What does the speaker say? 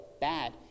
bad